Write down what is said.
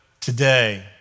today